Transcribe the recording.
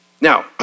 Now